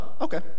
okay